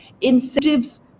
incentives